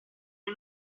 est